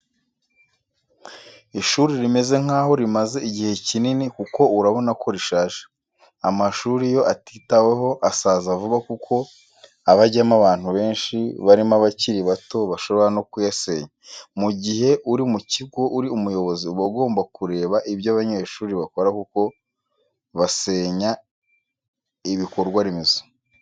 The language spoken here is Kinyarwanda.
Ishuri rimeze nk'aho rimaze igihe kinini kuko urabona ko rishaje, amashuri iyo atitaweho asaza vuba kuko aba ajyamo abantu benshi barimo abakiri bato bashobora no kuyasenya. Mu gihe uri mu kigo uri umuyobozi uba ugomba kureba ibyo abanyeshuri bakora kuko basenya ibikorwaremezo.